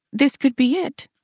this could be it.